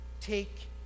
Take